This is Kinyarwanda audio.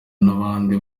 n’abandi